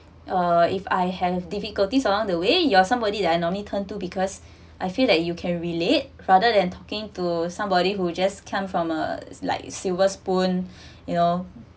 uh if I have difficulties uh the way you are somebody that I normally turn to because I feel that you can relate rather than talking to somebody who just come from uh like silver spoon you know